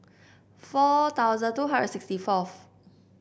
four thousand two hundred sixty fourth